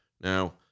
Now